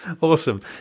Awesome